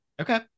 Okay